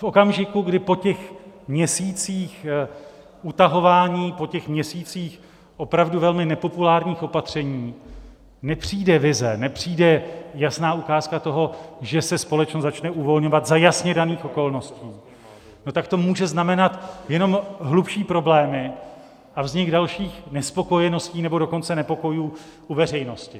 V okamžiku, kdy po měsících utahování, po měsících opravdu velmi nepopulárních opatření nepřijde vize, nepřijde jasná ukázka toho, že se společnost začne uvolňovat za jasně daných okolností, tak to může znamenat jenom hlubší problémy a vznik dalších nespokojeností, nebo dokonce nepokojů u veřejnosti.